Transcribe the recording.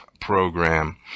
program